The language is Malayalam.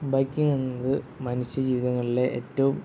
ബൈക്കിംഗ് എന്നത് മനുഷ്യ ജീവിതങ്ങളിലെ ഏറ്റവും